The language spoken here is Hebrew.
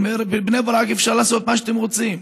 בבני ברק אפשר לעשות מה שאתם רוצים,